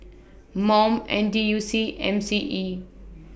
Mom N T U C M C E